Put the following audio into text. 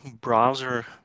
browser